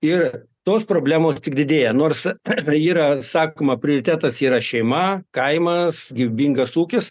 ir tos problemos tik didėja nors yra sakoma prioritetas yra šeima kaimas gyvybingas ūkis